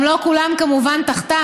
גם לא כולן תחתם,